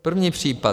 První případ.